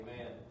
Amen